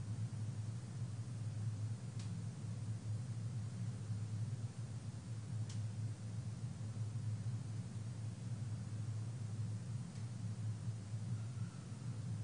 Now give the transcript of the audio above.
וגם אין בעיה חוק המזומן גם מעל 50,000.